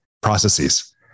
processes